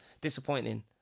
disappointing